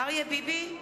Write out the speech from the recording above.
אריה ביבי,